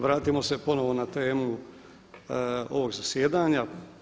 Vratimo se ponovno na temu ovog zasjedanja.